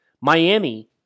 Miami